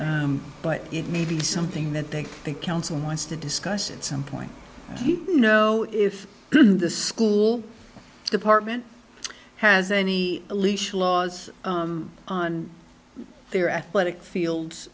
but it may be something that they the council wants to discuss at some point you know if the school department has any leash laws on their athletic fields